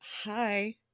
hi